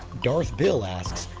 darth bill asks,